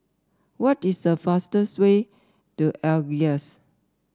what is the fastest way to Algiers